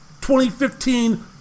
2015